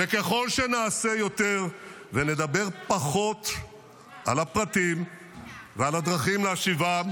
וככל שנעשה יותר ונדבר פחות על הפרטים ועל הדרכים להשיבם,